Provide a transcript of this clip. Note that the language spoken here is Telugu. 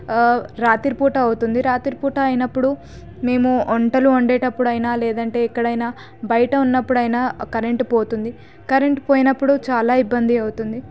రాత్రి పూట అవుతుంది రాత్రి పూట అయినప్పుడు మేము వంటలు వండేటప్పుడు అయినా లేదంటే ఎక్కడైనా బయట ఉన్నపుడైనా కరెంటు పోతుంది కరెంటు పోయినప్పుడు చాలా ఇబ్బంది అవుతుంది